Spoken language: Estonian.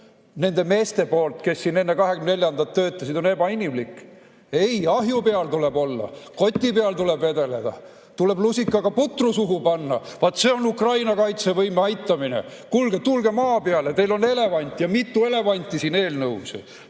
need mehed, kes siin enne 24-ndat töötasid, on ebainimlik. Ei, ahju peal tuleb olla! Koti peal tuleb vedeleda! Tuleb lusikaga putru suhu panna! Vaat see on Ukraina kaitsevõime aitamine. Kuulge, tulge maa peale! Teil on elevant, mitu elevanti siin eelnõus.